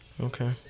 Okay